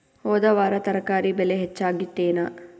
ಹೊದ ವಾರ ತರಕಾರಿ ಬೆಲೆ ಹೆಚ್ಚಾಗಿತ್ತೇನ?